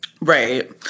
right